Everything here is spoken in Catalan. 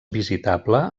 visitable